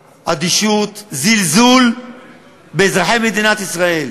אדישות, זלזול באזרחי מדינת ישראל.